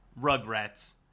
Rugrats